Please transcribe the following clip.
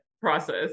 process